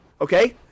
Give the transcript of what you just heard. Okay